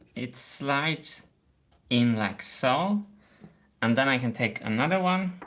it slides in like so and then i can take another one,